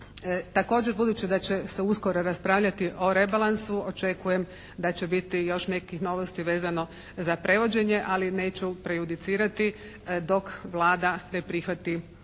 Također budući da će se uskoro raspravljati o rebalansu očekujem da će biti još nekih novosti vezano za prevođenje, ali neću prejudicirati dok Vlada ne prihvati rebalans